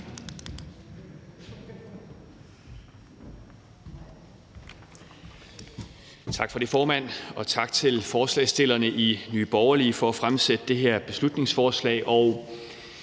Tak for det, formand, og tak til forslagsstillerne i Nye Borgerlige for at fremsætte det her beslutningsforslag.